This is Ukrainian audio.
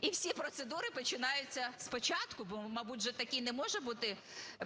І всі процедури починаються спочатку, бо мабуть же таки не може бути